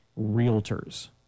Realtors